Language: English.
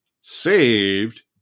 saved